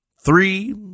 Three